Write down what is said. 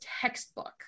textbook